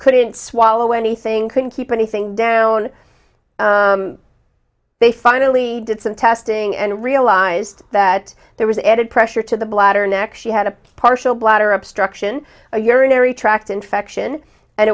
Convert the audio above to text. couldn't swallow anything couldn't keep anything down they finally did some testing and realized that there was added pressure to the bladder neck she had a partial bladder obstruction a urinary tract infection and